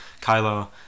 kylo